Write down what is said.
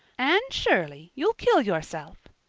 anne shirley, you'll kill yourself.